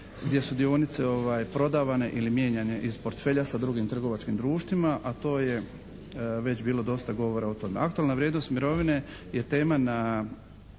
gdje su dionice prodavane ili mijenjane iz portfelja sa drugim trgovačkim društvima a to je već bilo dosta govora o tome. Aktualna vrijednost mirovine je jedna